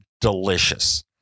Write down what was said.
delicious